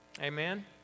Amen